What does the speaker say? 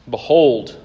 Behold